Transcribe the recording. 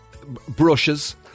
Brushes